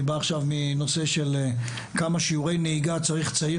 אני בא עכשיו מנושא של כמה שיעורי נהיגה צריך צעיר